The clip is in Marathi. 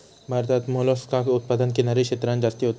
भारतात मोलस्कास उत्पादन किनारी क्षेत्रांत जास्ती होता